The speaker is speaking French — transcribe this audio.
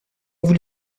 voulu